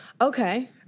Okay